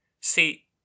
See